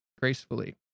gracefully